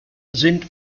sind